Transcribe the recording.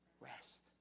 Rest